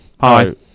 Hi